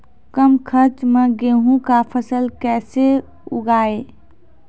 कम खर्च मे गेहूँ का फसल कैसे उगाएं?